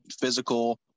physical